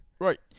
Right